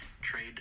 trade